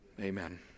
Amen